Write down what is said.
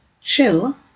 Chill